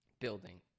building